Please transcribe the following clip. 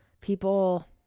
people